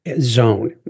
zone